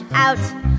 Out